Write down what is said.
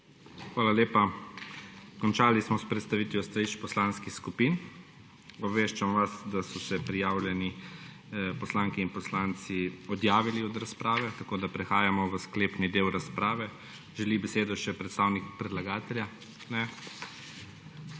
Hvala lepa. Končali smo s predstavitvijo stališč poslanskih skupin. Obveščam vas, da so se prijavljeni poslanke in poslanci odjavili od razprave tako, da prehajamo v sklepni del razprave. Želi besedo še predstavnik predlagatelja? (Ne.)